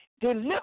Deliver